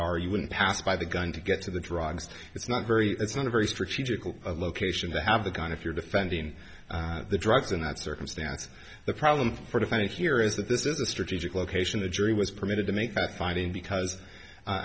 are you wouldn't pass by the gun to get to the drugs it's not very it's not a very strategic location to have the gun if you're defending the drugs in that circumstance the problem for a defendant here is that this is a strategic location the jury was permitted to make that finding because